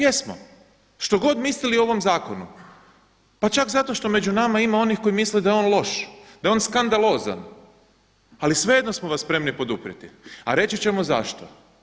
Jesmo, što god mislili o ovom zakonu, pa čak zato što među nama ima onih koji misle da je on loš, a je on skandalozan ali svejedno smo vas spremni poduprijeti a reći ćemo zašto.